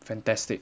fantastic